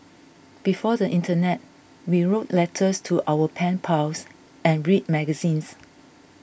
before the internet we wrote letters to our pen pals and read magazines